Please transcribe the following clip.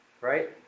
right